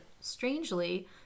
strangely